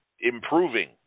improving